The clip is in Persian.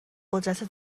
قدرت